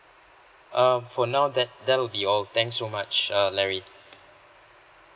um for now that that will be all thanks so much err larry